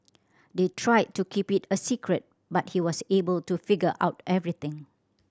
they tried to keep it a secret but he was able to figure out everything